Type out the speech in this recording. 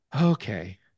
okay